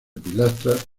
pilastras